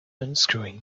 unscrewing